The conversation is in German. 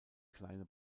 kleine